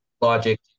logic